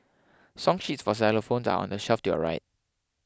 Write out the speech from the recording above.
song sheets for xylophones are on the shelf to your right